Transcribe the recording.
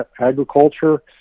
agriculture